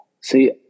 See